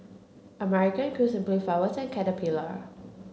American Crew Simply Flowers and Caterpillar